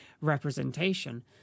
representation